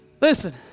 Listen